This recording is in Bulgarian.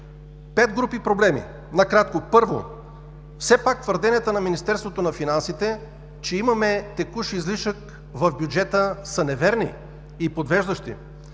Пет групи проблеми, накратко. Първо. Все пак твърденията на Министерството на финансите, че имаме текущ излишък в бюджета, са неверни и подвеждащи,